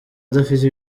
adafite